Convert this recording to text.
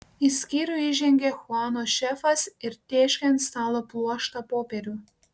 į skyrių įžengė chuano šefas ir tėškė ant stalo pluoštą popierių